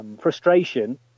frustration